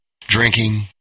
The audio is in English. drinking